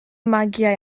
magiau